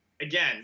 Again